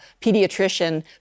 pediatrician